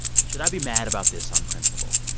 should i be mad about this on principle?